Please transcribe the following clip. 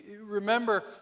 Remember